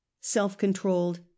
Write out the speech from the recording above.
self-controlled